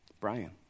Brian